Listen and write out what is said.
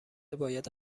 باید